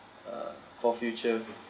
uh for future